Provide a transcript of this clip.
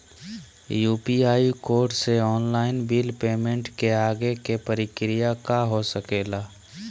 UPI code से online bill payment के आगे के प्रक्रिया का हो सके ला?